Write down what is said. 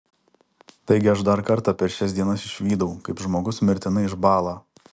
taigi aš dar kartą per šias dienas išvydau kaip žmogus mirtinai išbąla